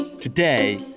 Today